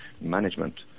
management